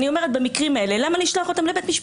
אני שואלת: במקרים כאלה למה לשלוח אותם לבית המשפט?